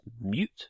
mute